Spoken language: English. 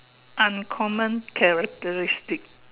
uncommon characteristic